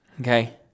Okay